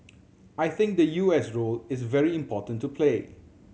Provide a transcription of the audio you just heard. I think the U S role is very important to play